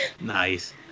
nice